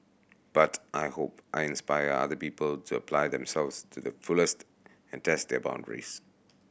but I hope I inspire other people to apply themselves to the fullest and test their boundaries